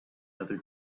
other